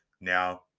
Now